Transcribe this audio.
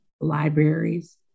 libraries